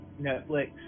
Netflix